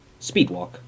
speedwalk